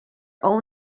own